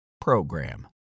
program